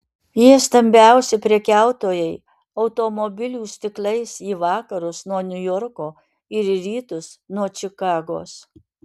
jie stambiausi prekiautojai automobilių stiklais į vakarus nuo niujorko ir į rytus nuo čikagos